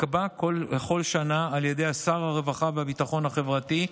תיקבע בכל שנה על ידי שר הרווחה והביטחון החברתי,